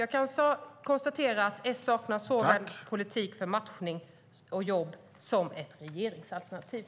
Jag kan konstatera att Socialdemokraterna saknar såväl politik för matchning och jobb som ett regeringsalternativ.